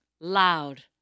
loud